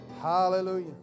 Hallelujah